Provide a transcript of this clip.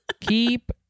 Keep